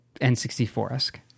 N64-esque